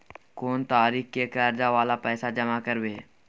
कोन तारीख के कर्जा वाला पैसा जमा करबे?